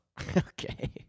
Okay